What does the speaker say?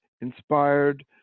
inspired